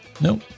Nope